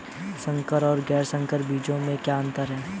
संकर और गैर संकर बीजों में क्या अंतर है?